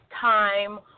time